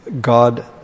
God